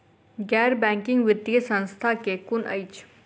गैर बैंकिंग वित्तीय संस्था केँ कुन अछि?